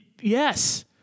yes